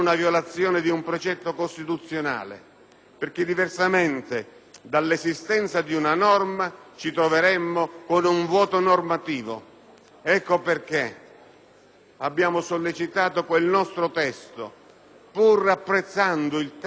perché, diversamente, dall'esistenza di una norma ci troveremmo con un vuoto normativo. Ecco perché abbiamo sollecitato quel nostro testo, pur apprezzando il testo licenziato dalle Commissioni,